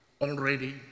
already